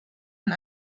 ein